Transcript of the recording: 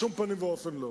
בשום פנים ואופן לא.